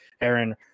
aaron